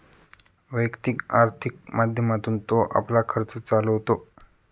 वैयक्तिक आर्थिक माध्यमातून तो आपला खर्च चालवतो